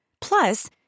Plus